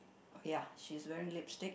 ya she's wearing lipstick